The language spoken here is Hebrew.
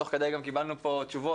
תוך כדי גם קיבלנו פה תשובות